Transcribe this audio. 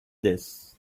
this